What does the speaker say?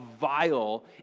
vile